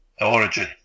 origin